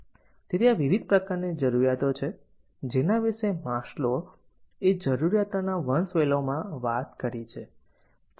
તેથી આ વિવિધ પ્રકારની જરૂરિયાતો છે જેના વિશે માસ્લો એ જરૂરિયાતોના વંશવેલોમાં વાત કરી છે